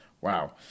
Wow